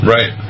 Right